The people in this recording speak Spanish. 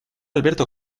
alberto